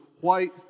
white